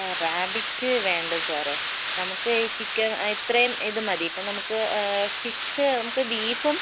rabbit വേണ്ട സാറേ നമുക്ക് ഈ ചിക്കൻ ഇത്രയും ഇതുമതി ഇപ്പം നമുക്ക് ഫിഷ് നമുക്ക് ബീഫും